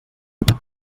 pares